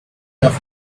enough